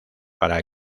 para